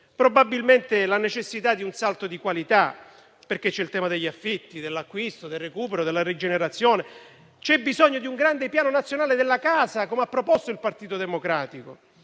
Probabilmente, la necessità di un salto di qualità, perché c'è il tema degli affitti, dell'acquisto, del recupero e della rigenerazione; c'è bisogno di un grande piano nazionale della casa, come ha proposto il Partito Democratico.